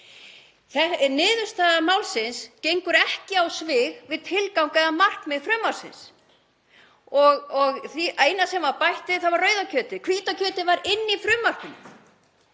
Niðurstaða málsins gengur ekki á svig við tilgang eða markmið frumvarpsins. Það eina sem var bætt við var rauða kjötið, hvíta kjötið var inni í frumvarpinu.